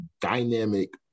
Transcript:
dynamic